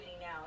now